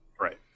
Right